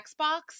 Xbox